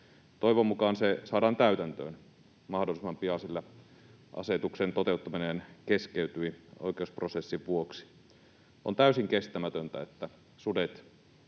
Toivon mukaan se saadaan täytäntöön mahdollisimman pian, sillä asetuksen toteuttaminen keskeytyi oikeusprosessin vuoksi. On täysin kestämätöntä, että sudet